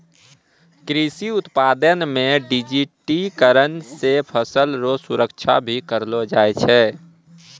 कृषि उत्पादन मे डिजिटिकरण से फसल रो सुरक्षा भी करलो जाय छै